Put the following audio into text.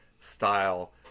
style